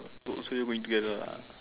so so you went together ah